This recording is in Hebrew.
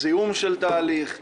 זיהום של תהליך,